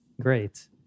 great